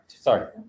Sorry